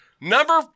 number